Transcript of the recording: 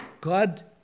God